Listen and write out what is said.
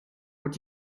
what